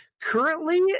currently –